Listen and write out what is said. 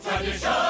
Tradition